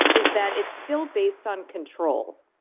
is that it's still based on control.